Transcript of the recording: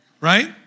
Right